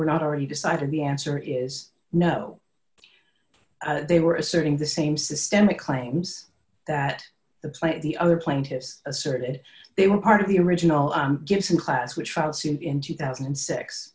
were not already decided the answer is no they were asserting the same systemic claims that the plant the other plaintiffs asserted they were part of the original gibson class which filed suit in two thousand and six